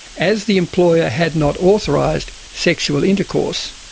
as the employer had not authorised sexual intercourse,